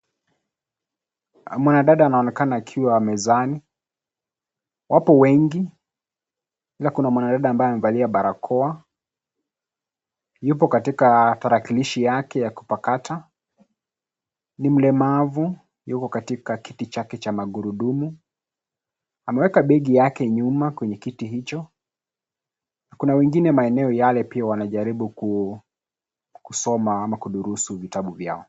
Mwanadada anaonekana akiwa mezani wapo wengi na kuna mwana dada ambaye amevalia barakoa yupo katika tarakilishi yake ya kupakata ni mlemavu yuko katika kiti chake cha magurudumu. Ameweka begi yake nyuma kwenye kiti hicho. Kuna wengine maeneo yale pia wanajaribu kusoma ama kudurusu vitabu vyao.